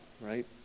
right